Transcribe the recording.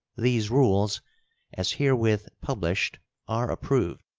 these rules as herewith published are approved,